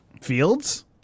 fields